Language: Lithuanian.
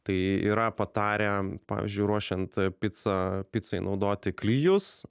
tai yra patarę pavyzdžiui ruošiant picą picai naudoti klijus